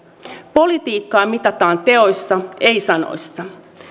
politiikkaa mitataan teoissa ei sanoissa